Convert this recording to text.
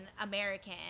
American